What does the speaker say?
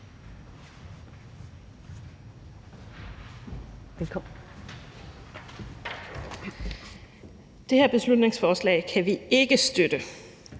det her beslutningsforslag. Når jeg ikke kan støtte